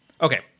Okay